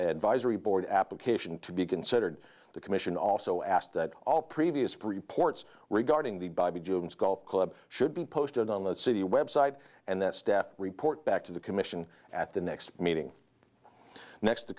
advisory board application to be considered the commission also asked that all previous reports regarding the bobby jones golf club should be posted on the city website and that staff report back to the commission at the next meeting next the